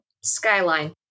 Skyline